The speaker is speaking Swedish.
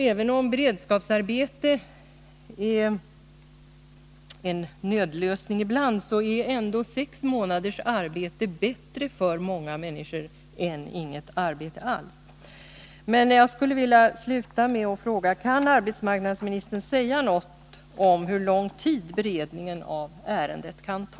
Även om beredskapsarbete är en nödlösning ibland, är ändå sex månaders arbete bättre för många människor än inget arbete alls. Kan arbetsmarknadsministern säga något om hur lång tid beredningen av ärendet kan ta?